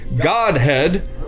Godhead